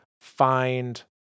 find